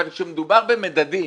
אבל כאשר מדובר במדדים